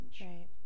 right